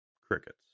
Crickets